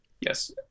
Yes